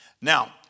Now